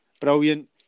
brilliant